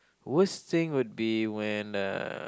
worst thing would be when uh